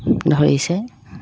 ধৰিছে